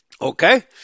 Okay